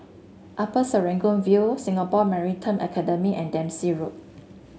Upper Serangoon View Singapore Maritime Academy and Dempsey Road